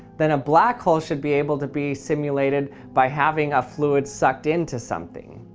then a black hole should be able to be simulated by having a fluid sucked into something.